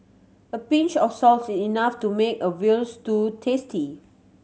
a pinch of salt is enough to make a veal stew tasty